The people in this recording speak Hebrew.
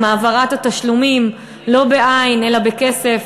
העברת התשלומים לקשישים לא בעין אלא בכסף.